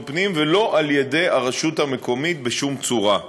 הפנים ולא על ידי הרשות המקומית בשום צורה.